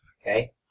Okay